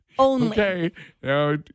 Okay